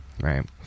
Right